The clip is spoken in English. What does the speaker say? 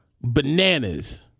bananas